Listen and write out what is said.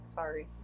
sorry